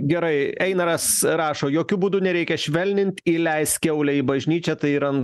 gerai einaras rašo jokiu būdu nereikia švelnint įleisk kiaulę į bažnyčią tai ir ant